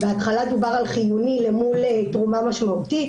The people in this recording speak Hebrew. בהתחלה דובר על חיוני אל מול תרומה משמעותית.